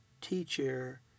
teacher